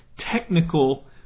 technical